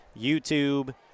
YouTube